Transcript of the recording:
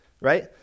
right